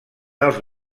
els